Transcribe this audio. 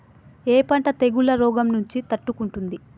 ఏ పంట తెగుళ్ల రోగం నుంచి తట్టుకుంటుంది?